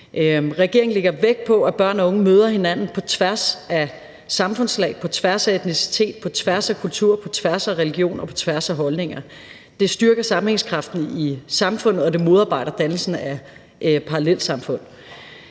Regeringen lægger vægt på, at børn og unge møder hinanden på tværs af samfundslag, på tværs af etnicitet, på tværs af kulturer, på tværs af religion og på tværs af holdninger. Det styrker sammenhængskraften i samfundet, og det modarbejder dannelsen af parallelsamfund.